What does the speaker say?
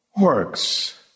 works